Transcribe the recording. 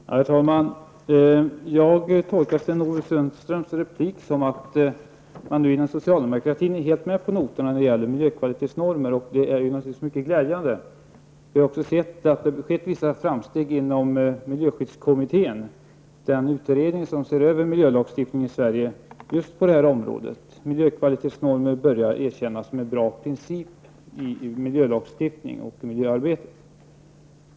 Herr talman! Jag tolkar Sten-Ove Sundströms replik som att man nu inom socialdemokrattin är helt med på noterna när det gäller miljökvalitetsnormer, och det är naturligtvis mycket glädjande. Vi har också sett att det gjorts vissa framsteg inom miljöskyddskommittén, den utredning som ser över miljölagstiftningen i Sverige just på detta område. Miljökvalitetsnormer börjar erkännas som en bra princip i miljölagstiftning och miljöarbetet.